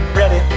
ready